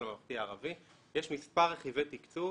לממלכתי ערבי, יש מספר רכיבי תקצוב